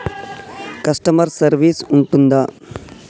Customer service ఉంటుందా?